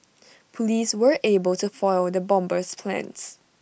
Police were able to foil the bomber's plans